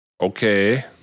okay